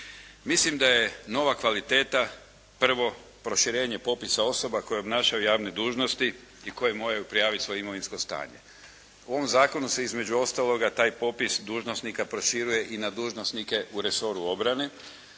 Mislim da je nova kvaliteta prvo proširenje popisa osoba koje obnašaju javne dužnosti i koje moraju prijaviti svoje imovinsko stanje. U ovom zakonu se između ostaloga taj popis dužnosnika proširuje i na dužnosnike u resoru obrane,